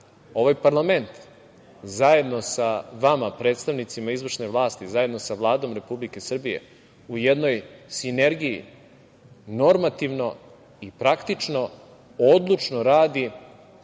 ovaj parlament zajedno sa vama predstavnicima izvršne vlasti, zajedno sa Vladom Republike Srbije u jednoj sinergiji normativno i praktično, odlučno radi